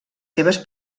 seves